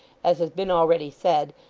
as has been already said,